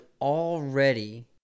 already